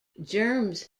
germs